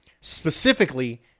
Specifically